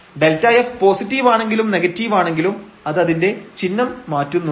Δf positive ആണെങ്കിലും negative ആണെങ്കിലും അത് അതിന്റെ ചിഹ്നം മാറ്റുന്നുണ്ട്